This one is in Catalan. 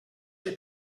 que